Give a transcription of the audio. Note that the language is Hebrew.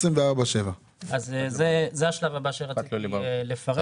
24/7. זה השלב הבא שרציתי לפרט.